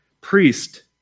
priest